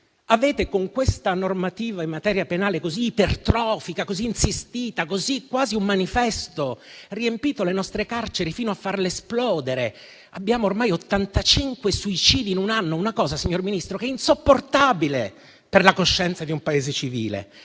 Avete, con questa normativa in materia penale così ipertrofica, così insistita, che è quasi un manifesto, riempito le nostre carceri fino a farle esplodere: registriamo ormai 85 suicidi in un anno, una cosa, signor Ministro, che è insopportabile per la coscienza di un Paese civile.